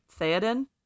Theoden